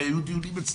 הרי היו דיונים אצלו.